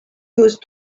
used